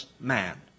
man